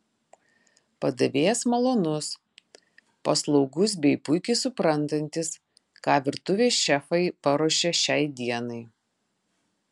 padavėjas malonus paslaugus bei puikiai suprantantis ką virtuvės šefai paruošė šiai dienai